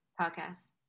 Podcast